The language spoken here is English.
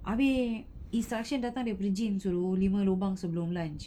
habis instruction datang daripada jane suruh lubang sebelum lunch